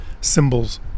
symbols